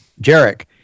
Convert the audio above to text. Jarek